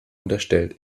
unterstellt